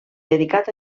dedicat